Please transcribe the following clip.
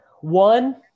One